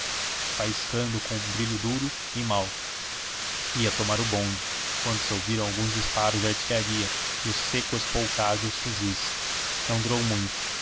faiscando com um brilho duro e mau ia tomar o bonde quando se ouviram alguns disparos de artilharia e o seco espoucar dos fuzis não durou muito